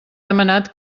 demanat